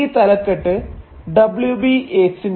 ഈ തലക്കെട്ട് W B യീറ്റ്സിന്റെ W